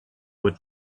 would